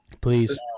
Please